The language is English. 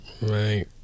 Right